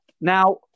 Now